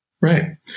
Right